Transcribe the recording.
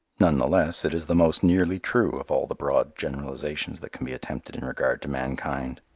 none the less it is the most nearly true of all the broad generalizations that can be attempted in regard to mankind.